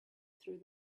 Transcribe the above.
through